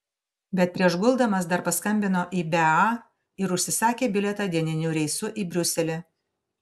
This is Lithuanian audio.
bet prieš guldamas dar paskambino į bea ir užsisakė bilietą dieniniu reisu į briuselį